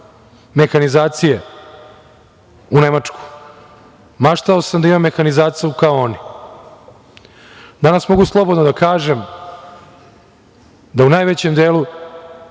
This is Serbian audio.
mehanizacije u Nemačku, maštao sam da imam mehanizaciju kao oni, a danas mogu slobodno da kažem da u najvećem delu